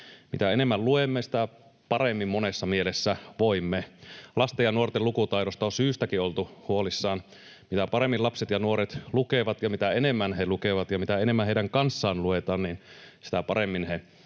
Mitä enemmän luemme, sitä paremmin monessa mielessä voimme. Lasten ja nuorten lukutaidosta on syystäkin oltu huolissaan: mitä paremmin lapset ja nuoret lukevat ja mitä enemmän he lukevat ja mitä enemmän heidän kanssaan luetaan, sitä paremmin he ihan